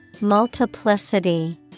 Multiplicity